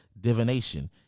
divination